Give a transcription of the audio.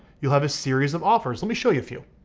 you'll have a series of offers. let me show you a few.